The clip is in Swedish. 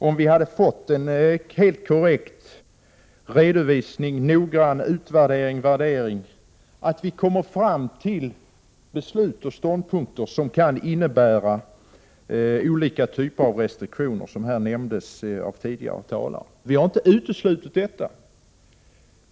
Om vi får en helt korrekt redovisning och en noggrann värdering, kan det hända att vi kommer fram till beslut som kan innebära olika typer av restriktioner, vilket har nämnts av tidigare talare. Vi har inte uteslutit det.